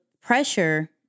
pressure